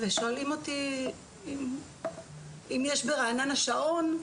שואלים אותי אם יש ברעננה שעון,